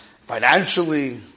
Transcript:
financially